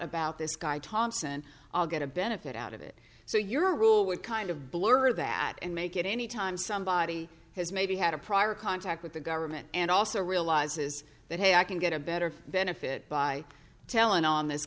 about this guy thompson i'll get a benefit out of it so your rule would kind of blur that and make it anytime somebody has maybe had a prior contact with the government and also realizes that hey i can get a better benefit by telling on this